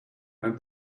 and